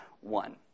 one